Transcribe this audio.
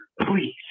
please